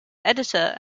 editor